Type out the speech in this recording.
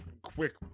quick